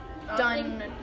Done